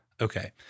Okay